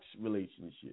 relationship